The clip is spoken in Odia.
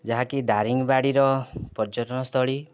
ଯାହାକି ଦାରିଙ୍ଗବାଡ଼ିର ପର୍ଯ୍ୟଟନ ସ୍ଥଳୀ